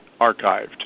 archived